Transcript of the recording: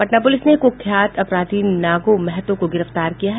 Patna police ने कुख्यात अपराधी नागो महतो को गिरफ्तार किया है